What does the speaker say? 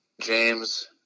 James